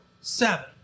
seven